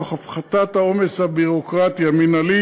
תוך הפחתת העומס הביורוקרטי המינהלי